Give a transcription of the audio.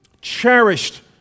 cherished